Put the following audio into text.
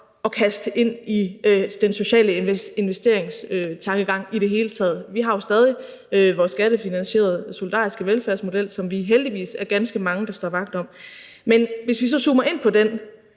at kaste ind i den sociale investeringstankegang i det hele taget. Vi har jo stadig vores skattefinansierede solidariske velfærdsmodel, som vi heldigvis er ganske mange, der står vagt om. Men hvis vi så zoomer ind på den